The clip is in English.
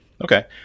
Okay